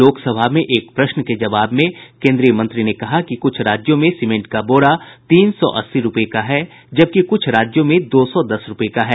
लोकसभा में एक प्रश्न के जवाब में केंद्रीय मंत्री ने कहा कि कुछ राज्यों में सीमेंट का बोरा तीन सौ अस्सी रूपये का है जबकि कुछ राज्यों में दो सौ दस रूपये का है